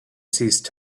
ceased